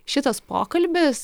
šitas pokalbis